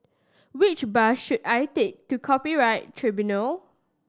which bus should I take to Copyright Tribunal